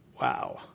Wow